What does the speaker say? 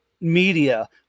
media